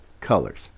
colors